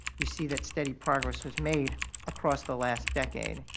you see that steady progress was made across the last decade.